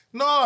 no